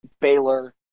Baylor